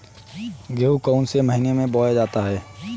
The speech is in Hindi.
गेहूँ कौन से महीने में बोया जाता है?